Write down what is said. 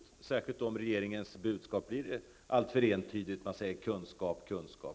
Det kan bli fallet om regeringens budskap blir alltför entydigt och man enbart betonar kunskap.